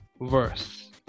verse